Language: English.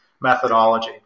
methodology